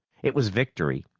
it was victory,